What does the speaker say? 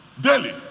daily